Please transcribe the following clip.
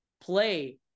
play